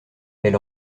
elle